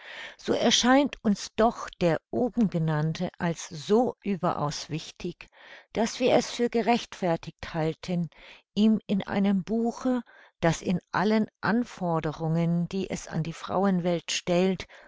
so erscheint uns doch der obengenannte als so überaus wichtig daß wir es für gerechtfertigt halten ihm in einem buche das in allen anforderungen die es an die frauenwelt stellt